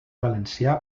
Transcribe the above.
valencià